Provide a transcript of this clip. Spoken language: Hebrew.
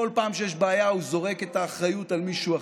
כל פעם שיש בעיה הוא זורק את האחריות על מישהו אחר.